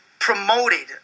Promoted